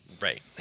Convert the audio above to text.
Right